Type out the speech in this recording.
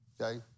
okay